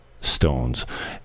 stones